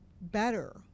better